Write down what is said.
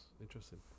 interesting